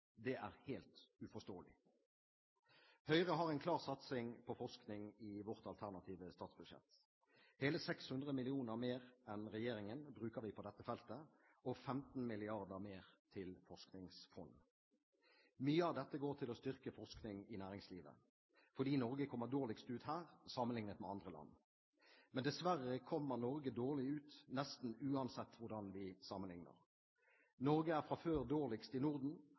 Det er helt uforståelig. Høyre har en klar satsing på forskning i sitt alternative statsbudsjett. Hele 600 mill. kr mer enn regjeringen bruker vi på dette feltet, og 15 mrd. kr mer til forskningsfond. Mye av dette går til å styrke forskning i næringslivet fordi Norge kommer dårligst ut her sammenliknet med andre land. Men dessverre kommer Norge dårlig ut nesten uansett hvordan vi sammenlikner. Norge er fra før dårligst i Norden